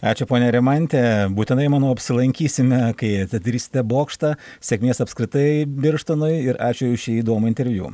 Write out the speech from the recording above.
ačiū ponia rimante būtinai manau apsilankysime kai atidarysite bokštą sėkmės apskritai birštonui ir ačiū už šį įdomų interviu